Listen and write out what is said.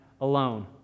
alone